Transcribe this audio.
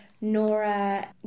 Nora